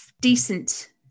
decent